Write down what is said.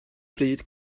bryd